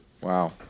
Wow